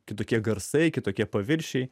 kitokie garsai kitokie paviršiai